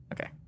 Okay